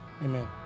amen